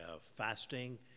fasting